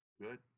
good